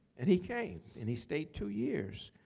and he came, and he stayed two years.